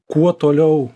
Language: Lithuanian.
kuo toliau